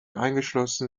eingeschlossen